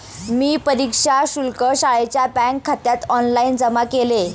मी परीक्षा शुल्क शाळेच्या बँकखात्यात ऑनलाइन जमा केले